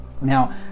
now